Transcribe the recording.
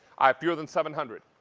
i have fewer than seven hundred.